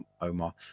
Omar